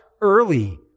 early